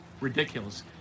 Ridiculous